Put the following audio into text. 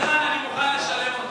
שתקראי לי "גזען", אני מוכן לשלם אותו.